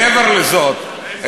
מעבר לזאת,